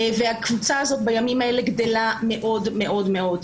והקבוצה הזאת בימים האלה גדלה מאוד מאוד מאוד.